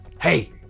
Hey